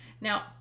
now